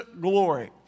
glory